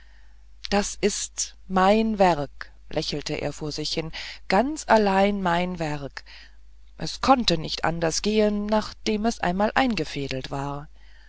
das ist mein werk lächelte er vor sich hin ganz allein mein werk es konnte nicht anders gehen nachdem es einmal eingefädelt war